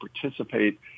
participate